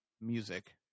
music